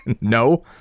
No